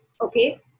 Okay